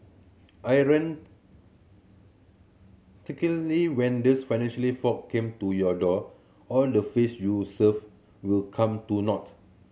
when these financially folk came to your door all the face you saved will come to naught